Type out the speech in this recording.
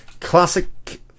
classic